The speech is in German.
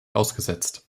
ausgesetzt